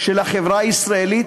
של החברה הישראלית.